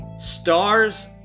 Stars